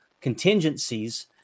contingencies